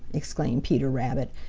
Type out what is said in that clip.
exclaimed peter rabbit.